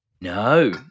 no